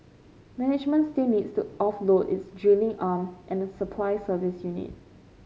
management still needs to offload its drilling arm and a supply service unit